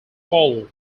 follow